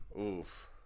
oof